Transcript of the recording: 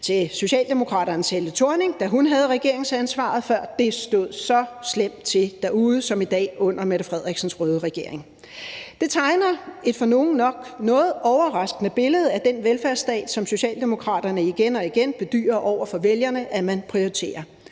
til Socialdemokraternes Helle Thorning-Schmidt, da hun havde regeringsansvaret, før det stod så slemt til derude, som det gør i dag under Mette Frederiksens røde regering. Det tegner et for nogle nok noget overraskende billede af den velfærdsstat, som Socialdemokraterne igen og igen bedyrer over for vælgerne at man prioriterer.